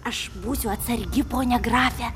aš būsiu atsargi pone grafe